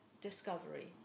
discovery